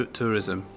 tourism